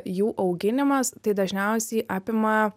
jų auginimas tai dažniausiai apima